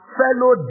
fellow